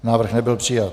Návrh nebyl přijat.